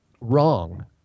wrong